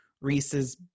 Reese's